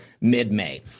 mid-May